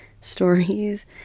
stories